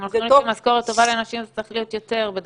אם הולכים לפי משכורת טובה לנשים זה צריך להיות יותר.